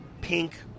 Pink